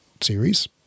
series